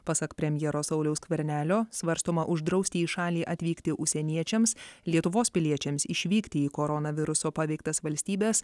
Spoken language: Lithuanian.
pasak premjero sauliaus skvernelio svarstoma uždrausti į šalį atvykti užsieniečiams lietuvos piliečiams išvykti į koronaviruso paveiktas valstybes